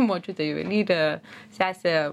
močiutė juvelyrė sesė